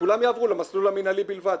וכולם יעברו למסלול המינהלי בלבד.